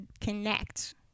connect